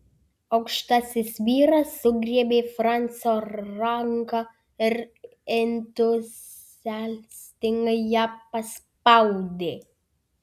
aukštasis vyras sugriebė francio ranką ir entuziastingai ją paspaudė